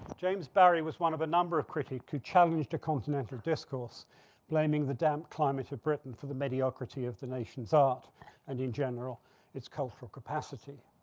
james barry was one of a number of critics to challenge to continental discourse blaming the damp climate of britain for the mediocrity of the nation's art and in general its called for capacity.